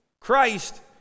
Christ